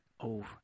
over